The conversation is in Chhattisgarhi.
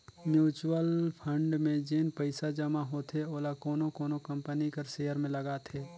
म्युचुअल फंड में जेन पइसा जमा होथे ओला कोनो कोनो कंपनी कर सेयर में लगाथे